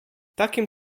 takim